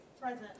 Present